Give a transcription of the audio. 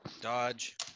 Dodge